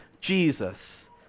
Jesus